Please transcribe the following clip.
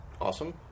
Awesome